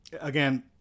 Again